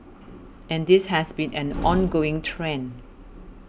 and this has been an ongoing trend